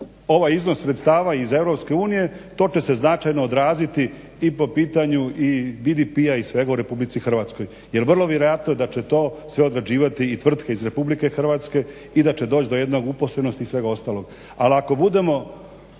ovaj iznos sredstava iz EU to će se značajno odraziti i po pitanju i BDP-a i svega u RH jer vrlo vjerojatno da će to sve odrađivati i tvrtke iz RH i da će doć do jedne uposlenosti i svega ostalog. Ali ako budemo